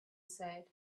said